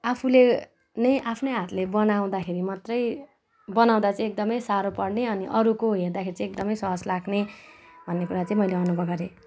आफूले नै आफ्नै हातले बनाउँदाखेरि मात्रै बनाउँदा चाहिँ एकदमै साह्रो पर्ने अनि अरूको हेर्दाखेरि चाहिँ एकदमै सहज लाग्ने भन्ने कुरा चैँ मैले अनुभव गरेँ